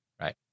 right